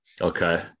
Okay